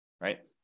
right